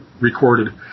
recorded